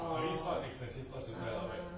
orh ah